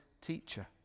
teacher